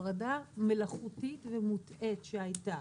הפרדה מלאכותית ומוטעית שהייתה